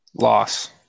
Loss